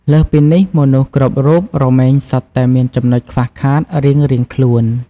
លើសពីនេះ មនុស្សគ្រប់រូបរមែងសុទ្ធតែមានចំណុចខ្វះខាតរៀងៗខ្លួន។